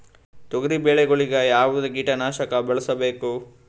ತೊಗರಿಬೇಳೆ ಗೊಳಿಗ ಯಾವದ ಕೀಟನಾಶಕ ಬಳಸಬೇಕು?